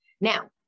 Now